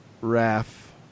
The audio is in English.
raf